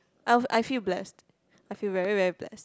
I I feel blessed I feel very very blessed